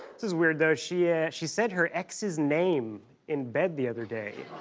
weird, though, she ah she said her ex's name in bed the other day.